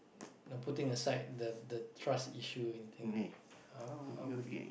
now putting aside the the trust issue in in our our